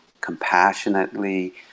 compassionately